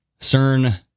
CERN